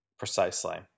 Precisely